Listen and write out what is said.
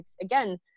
Again